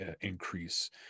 increase